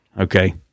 Okay